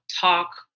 talk